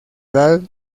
edad